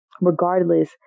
Regardless